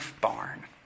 barn